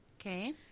Okay